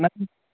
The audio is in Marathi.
नाही